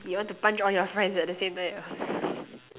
you want to punch all your friends at the same time